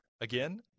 Again